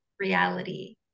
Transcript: reality